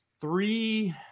three